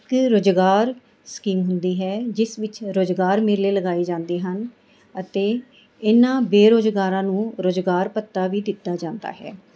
ਇੱਕ ਰੁਜ਼ਗਾਰ ਸਕੀਮ ਹੁੰਦੀ ਹੈ ਜਿਸ ਵਿੱਚ ਰੁਜ਼ਗਾਰ ਮੇਲੇ ਲਗਾਏ ਜਾਂਦੇ ਹਨ ਅਤੇ ਇਹਨਾਂ ਬੇਰੋਜ਼ਗਾਰਾਂ ਨੂੰ ਰੁਜ਼ਗਾਰ ਭੱਤਾ ਵੀ ਦਿੱਤਾ ਜਾਂਦਾ ਹੈ